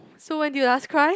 so when did you last cry